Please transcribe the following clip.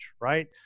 right